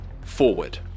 forward